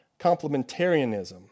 complementarianism